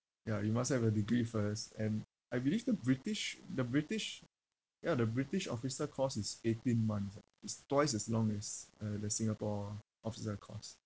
ya you must have a degree first and I believe the british the british ya the british officer course is eighteen months ah it's twice as long as uh the singapore officer course